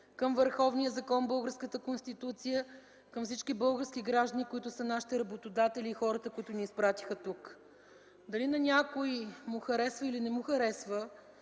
към върховния закон – българската Конституция, към всички български граждани, които са нашите работодатели, и хората, които ни изпратиха тук. Дали на някой му харесва или не му харесва